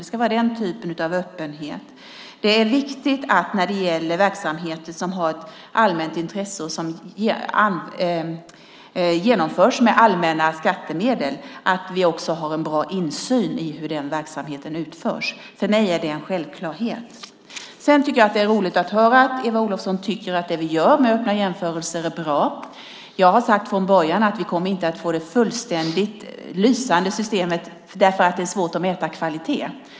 Det ska vara den typen av öppenhet. När det gäller verksamheter som har ett allmänt intresse och som genomförs med allmänna skattemedel är det viktigt att vi har en bra insyn i hur den verksamheten utförs. För mig är det en självklarhet. Jag tycker att det är roligt att höra att Eva Olofsson tycker att det vi gör med öppna jämförelser är bra. Jag har sagt från början att vi inte kommer att få ett fullständigt och lysande system eftersom det är svårt att mäta kvalitet.